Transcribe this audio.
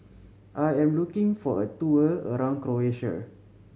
I am looking for a tour around Croatia